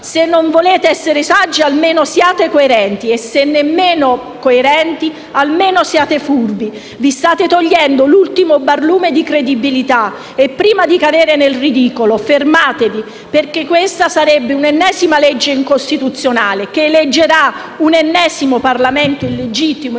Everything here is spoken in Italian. Se non volete essere saggi, almeno siate coerenti. Ma, se nemmeno volete essere coerenti, siate almeno furbi: vi state togliendo l'ultimo barlume di credibilità e, prima di cadere nel ridicolo, fermatevi perché questa sarebbe l'ennesima legge incostituzionale che eleggerà un ennesimo Parlamento illegittimo, in